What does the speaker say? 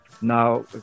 now